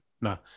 No